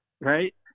right